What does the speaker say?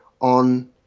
on